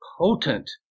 potent